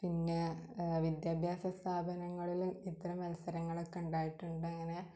പിന്നെ വിദ്യാഭ്യാസ സ്ഥാപനങ്ങളിലും ഇത്തരം മത്സരങ്ങളൊക്കെ ഉണ്ടായിട്ടുണ്ടങ്ങനെ